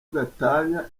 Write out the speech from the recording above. gatanya